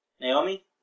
Naomi